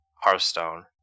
Hearthstone